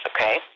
okay